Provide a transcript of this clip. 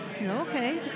Okay